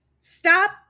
Stop